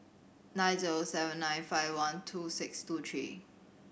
nine zero seven nine five one two six two three